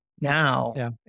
now